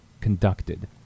conducted